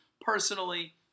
personally